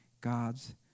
God's